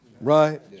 right